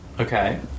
Okay